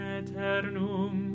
eternum